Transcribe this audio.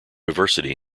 diversity